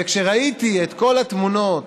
כשראיתי את כל התמונות